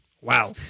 Wow